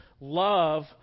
Love